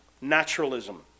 naturalism